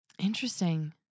Interesting